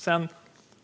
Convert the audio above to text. Sedan